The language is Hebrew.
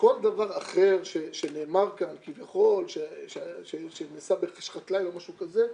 וכל דבר אחר שנאמר כאן כביכול שנעשה ב- -- או משהו כזה,